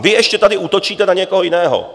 Vy ještě tady útočíte na někoho jiného.